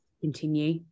continue